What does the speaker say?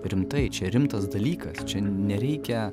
rimtai čia rimtas dalykas čia nereikia